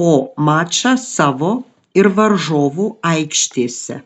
po mačą savo ir varžovų aikštėse